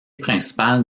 principale